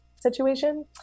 situation